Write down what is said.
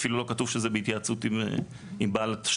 אבל אפילו לא כתוב שזה בהתייעצות עם בעל התשתית,